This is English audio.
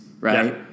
right